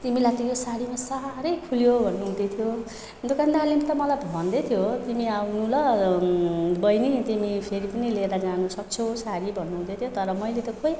तिमीलाई त यो साडीमा साह्रै खुल्यो भन्नुहुँदैथियो दोकानी दाले त मलाई भन्दैथियो तिमी आउनू ल बैनी तिमी फेरि पनि लिएर जान सक्छ्यौ साडी भन्नुहुँदैथियो तर मैले त खै